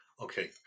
Okay